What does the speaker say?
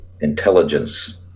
intelligence